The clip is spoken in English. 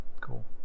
Cool